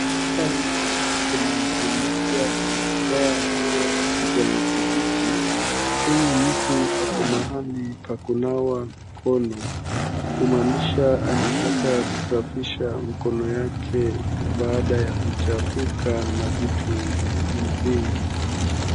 Hapa naona kuna mtu mmoja amevaa nguo ya kijani kibichi, huyu mtu ako mahali pa kunawa mikono, kumaanisha anataka kusafisha mikono yake baada ya kuchafuka na vitu vingi.